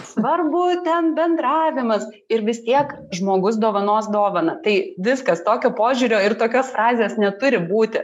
svarbu ten bendravimas ir vis tiek žmogus dovanos dovaną tai viskas tokio požiūrio ir tokios frazės neturi būti